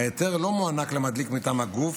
ההיתר לא מוענק למדליק מטעם הגוף